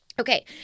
Okay